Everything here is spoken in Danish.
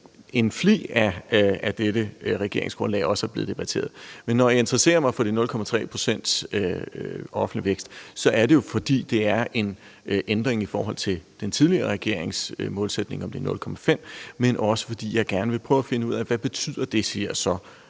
en flig af dette regeringsgrundlag også er blevet debatteret. Men når jeg interesserer mig for de 0,3 pct. i offentlig vækst, er det jo, fordi det er en ændring i forhold til den tidligere regerings målsætning om en vækst på 0,5 pct., men også fordi jeg gerne vil prøve at finde ud af, hvad det her så